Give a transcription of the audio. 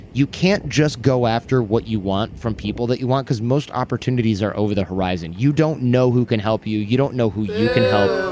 you can't just go after what you want from people that you want because most opportunities are over the horizon. you don't know who can help you. you don't know who you can help.